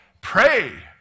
pray